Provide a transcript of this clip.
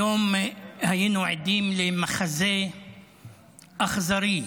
היום היינו עדים למחזה אכזרי,